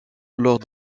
lors